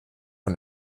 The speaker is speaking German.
von